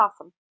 awesome